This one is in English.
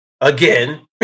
Again